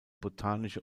botanische